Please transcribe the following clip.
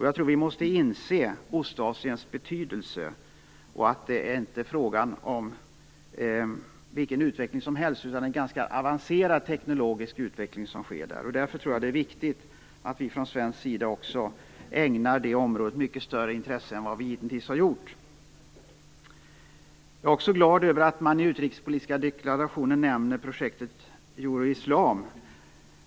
Jag tror att vi måste inse Ostasiens betydelse och att det inte är fråga om vilken utveckling som helst, utan att det är en ganska avancerad teknologisk utveckling som sker där. Därför tror jag att det är viktigt att vi från svensk sida ägnar detta område mycket större intressen än vad vi hitintills har gjort. Jag är också glad över att man i utrikespolitiska deklarationen nämner projektet Euroislam.